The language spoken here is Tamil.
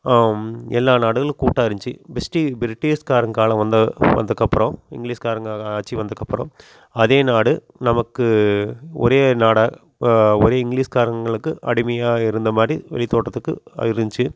எல்லா நாடுகளும் கூட்டாக இருந்ச்சு பிஸ்டி பிரிட்டிஷ்காரன் காலம் உண்டு வந்தக்கப்புறோம் இங்லீஷ்காரங்க ஆட்சி வந்தக்கப்புறோம் அதே நாடு நமக்கு ஒரே நாடாக ஒரே இங்லீஷ்காரங்களுக்கு அடிமையாக இருந்தமாதிரி வெளித்தோற்றத்துக்கு அது இருந்துச்சி